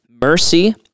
mercy